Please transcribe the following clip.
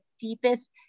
deepest